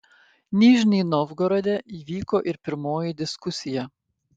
nižnij novgorode įvyko ir pirmoji diskusija